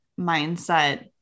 mindset